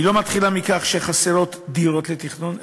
היא לא מתחילה מכך שחסרות דירות לתכנון,